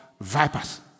vipers